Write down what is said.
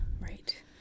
Right